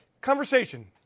conversation